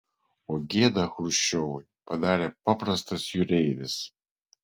o gėdą chruščiovui padarė paprastas jūreivis